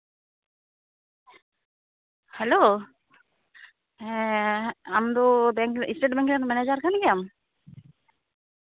hello ᱦᱮᱸ ᱟᱢ ᱫᱚ ᱵᱮᱝᱠ ᱤᱥᱴᱮᱴ ᱵᱮᱝᱠ ᱨᱮᱱ ᱢᱮᱱᱮᱡᱟᱨ ᱠᱟᱱ ᱜᱮᱭᱟᱢ